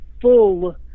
full